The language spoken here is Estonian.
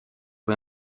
või